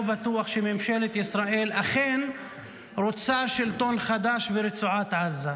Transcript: לא בטוח שממשלת ישראל אכן רוצה שלטון חדש ברצועת עזה,